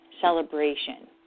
celebration